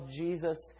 Jesus